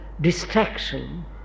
distraction